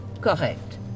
Correct